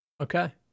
Okay